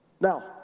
Now